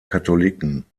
katholiken